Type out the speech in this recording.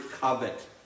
covet